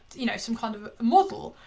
you know, some kind of a model.